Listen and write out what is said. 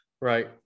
Right